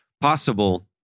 possible